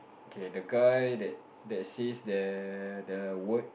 okay the guy that says that the word